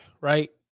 Right